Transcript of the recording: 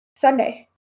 Sunday